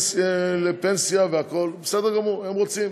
לפרוש לפנסיה, והכול בסדר גמור, הם רוצים.